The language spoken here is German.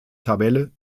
tabelle